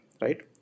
right